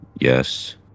Yes